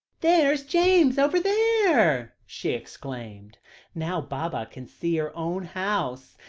there's james over there, she exclaimed now baba can see her own house.